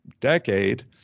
decade